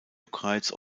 juckreiz